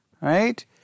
right